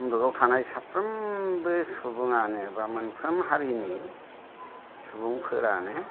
मुलुगाव थानाय साफ्रोमबो सुबुङानो बा मोनफ्रोम हारिनि सुबुंफोरानो